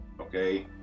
okay